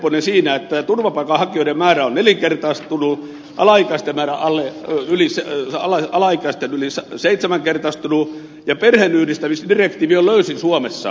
nepponen siinä että turvapaikanhakijoiden määrä on nelinkertaistunut alaikäisten alle eli siellä aloin alaikäisten määrä yli seitsenkertaistunut ja perheenyhdistämisdirektiivi on suomessa löysin